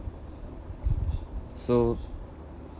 so